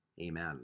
Amen